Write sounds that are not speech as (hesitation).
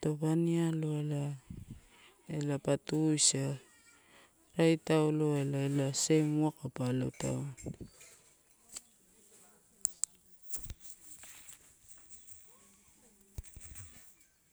Taupa arialowa la. Ela pa tuisau, rai tauloai ela sem uwaka pa alo tauna. (hesitation)